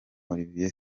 olivier